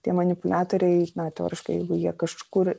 tie manipuliatoriai na teoriškai jeigu jie kažkur